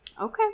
Okay